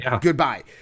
goodbye